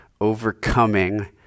overcoming